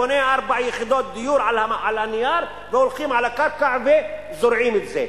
בונה ארבע יחידות דיור על הנייר והולכים על הקרקע וזורעים את זה.